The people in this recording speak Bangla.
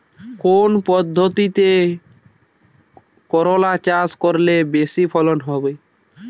কোন পদ্ধতিতে করলা চাষ করলে বেশি ফলন হবে?